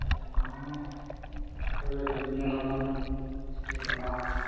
গতিকে মানুহৰ শৰীৰত বিভিন্ন ধৰণৰ আজিকালি বেমাৰ হয়